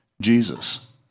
jesus